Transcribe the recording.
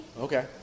Okay